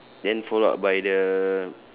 then follow up by the